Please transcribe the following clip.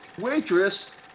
Waitress